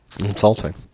Insulting